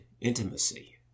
intimacy